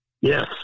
Yes